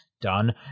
Done